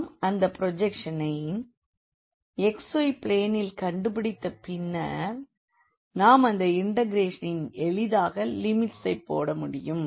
நாம் அந்த ப்ரோஜெக்ஷனை xy பிளேனில் கண்டுபிடித்த பின்னர் நாம் அந்த இண்டெக்ரேஷனில் எளிதாக லிமிட்ஸை போட முடியும்